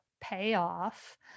payoff